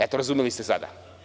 Eto, razumeli ste sada.